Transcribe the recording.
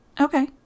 Okay